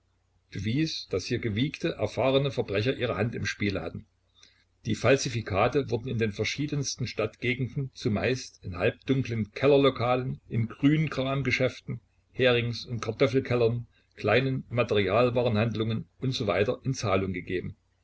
daß hier gewiegte erfahrene verbrecher ihre hand im spiele hatten die falsifikate wurden in den verschiedensten stadtgegenden zumeist in halbdunklen kellerlokalen in grünkramgeschäften herings und kartoffelkellern kleinen materialwarenhandlungen usw in zahlung gegeben